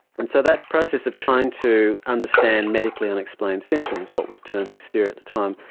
and so that process of trying to understand medically unexplained symptoms, what was termed hysteria at the time,